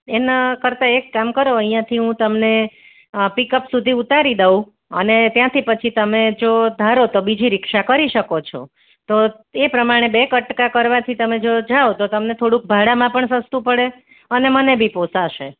એના કરતાં એક કામ કરો અહીંયાથી હું તમને પીકઅપ સુધી ઉતારી દઉં અને ત્યાંથી પછી તમે જો ધારો તો બીજી રીક્ષા કરી શકો છો તો તે પ્રમાણે બે કટકા કરવાથી તમે જો જાવ તો તમને થોડું ભાડામાં પણ સસ્તું પડે અને મને બી પોસાશે